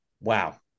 Wow